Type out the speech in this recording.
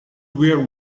wear